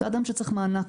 זה אדם שצריך מענק,